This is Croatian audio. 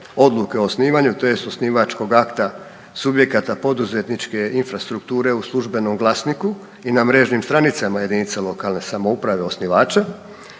odluke o osnivanju te s osnivačkog akta subjekata poduzetničke infrastrukture u službenom glasniku i na mrežnim stranicama jedinice lokalne samouprave osnivača.